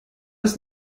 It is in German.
ist